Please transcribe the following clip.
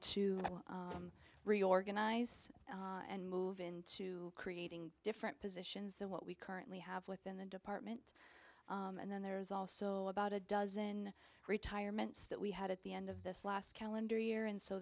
to reorganize and move into creating different positions than what we currently have within the department and then there's also about a dozen retirements that we had at the end of this last calendar year and so